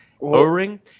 o-ring